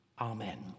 Amen